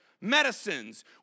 medicines